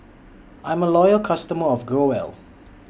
I'm A Loyal customer of Growell